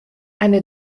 eine